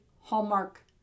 Hallmark